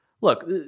look